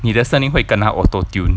你的声音会 kena auto-tune